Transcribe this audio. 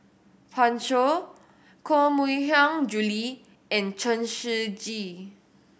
Pan Shou Koh Mui Hiang Julie and Chen Shiji